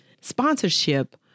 sponsorship